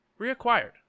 Reacquired